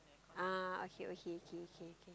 ah okay okay K K K